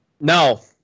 No